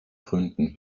gründen